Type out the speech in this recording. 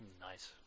Nice